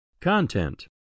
Content